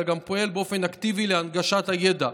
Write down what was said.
אלא גם פועל באופן אקטיבי להנגשת הידע.